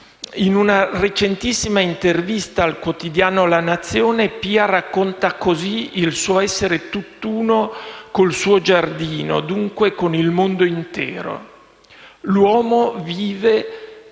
In una recentissima intervista al quotidiano «La Nazione», Pia racconta così il suo essere tutt'uno con il suo giardino, dunque con il mondo intero: «L'uomo come